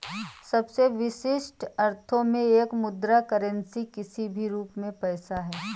सबसे विशिष्ट अर्थों में एक मुद्रा करेंसी किसी भी रूप में पैसा है